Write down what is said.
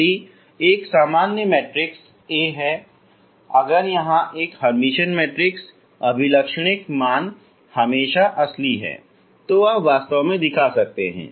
यदि A एक सामान्य मैट्रिक्स है अगर यह एक हर्मिटियन मैट्रिक्स अभिलक्षणिक मान हमेशा असली है तो आप वास्तव में दिखा सकते हैं